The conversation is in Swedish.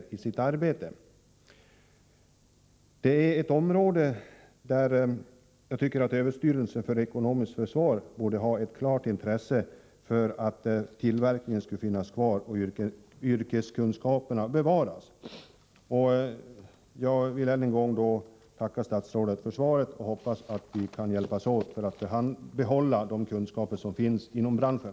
Skinnindustrin är ett område där överstyrelsen för ekonomiskt försvar borde ha ett klart intresse av att tillverkningen finns kvar och att yrkeskunskaperna bevaras. Ännu en gång tackar jag statsrådet för svaret. Jag hoppas att vi kan hjälpas åt i arbetet med att behålla de kunskaper som finns inom branschen.